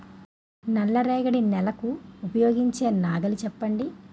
నల్ల రేగడి నెలకు ఉపయోగించే నాగలి చెప్పండి?